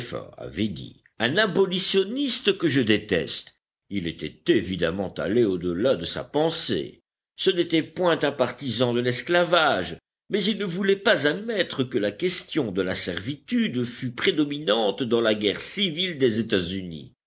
avait dit un abolitionniste que je déteste il était évidemment allé au-delà de sa pensée ce n'était point un partisan de l'esclavage mais il ne voulait pas admettre que la question de la servitude fût prédominante dans la guerre civile des